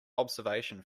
observation